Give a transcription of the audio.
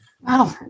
Wow